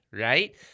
Right